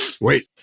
Wait